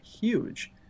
huge